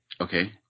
Okay